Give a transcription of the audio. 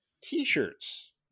t-shirts